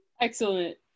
Excellent